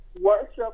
worship